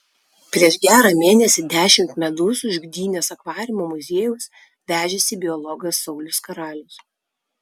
prieš gerą mėnesį dešimt medūzų iš gdynės akvariumo muziejaus vežėsi biologas saulius karalius